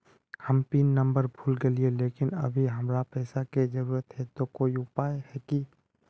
हम PIN number भूल गेलिये लेकिन अभी हमरा पैसा के जरुरत है ते कोई उपाय है की?